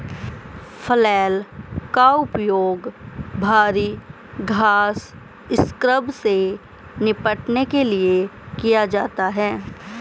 flail का उपयोग भारी घास स्क्रब से निपटने के लिए किया जाता है